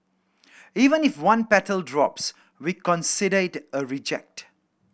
even if one petal drops we consider it a reject